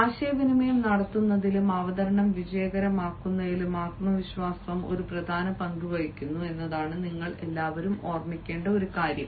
ആശയവിനിമയം നടത്തുന്നതിലും അവതരണം വിജയകരമാക്കുന്നതിലും ആത്മവിശ്വാസം ഒരു പ്രധാന പങ്ക് വഹിക്കുന്നു എന്നതാണ് നിങ്ങൾ എല്ലാവരും ഓർമ്മിക്കേണ്ട ഒരു കാര്യം